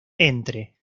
entre